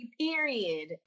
period